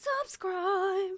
Subscribe